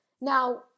Now